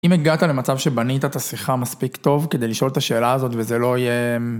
אם הגעת למצב שבנית את השיחה מספיק טוב כדי לשאול את השאלה הזאת וזה לא יהיה...